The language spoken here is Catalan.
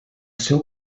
seu